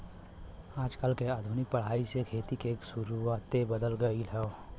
आजकल के आधुनिक पढ़ाई से खेती के सुउरते बदल गएल ह